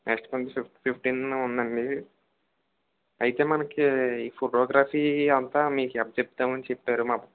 next month fifteen fifteen ఉందండి అయితే మనకి ఫోటోగ్రఫీ అంతా మీకప్పచెప్తాం అని చెప్పారు మా